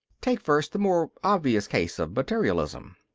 take first the more obvious case of materialism.